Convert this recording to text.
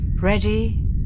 Ready